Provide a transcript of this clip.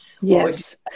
Yes